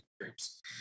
groups